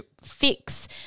fix